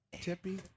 Tippy